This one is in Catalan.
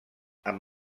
amb